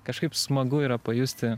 kažkaip smagu yra pajusti